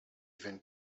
even